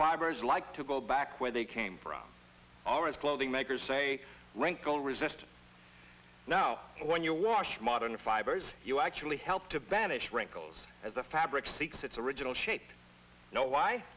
fibers like to go back where they came from or as clothing makers say wrinkle resistance now when you wash modern fibers you actually help to banish wrinkles as the fabric seeks its original shape no why